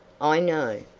i know.